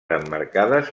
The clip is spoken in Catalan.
emmarcades